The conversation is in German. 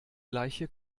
gleiche